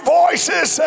voices